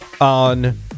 on